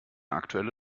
aktuelle